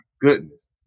goodness